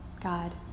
God